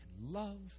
love